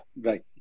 right